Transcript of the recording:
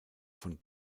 von